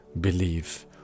believe